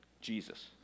Jesus